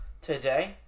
today